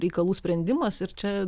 reikalų sprendimas ir čia